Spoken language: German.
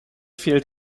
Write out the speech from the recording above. fehlt